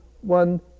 one